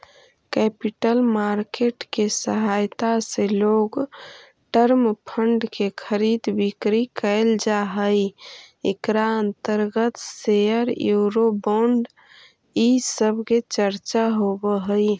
capital market के सहायता से लोंग टर्म फंड के खरीद बिक्री कैल जा हई इकरा अंतर्गत शेयर यूरो बोंड इ सब के चर्चा होवऽ हई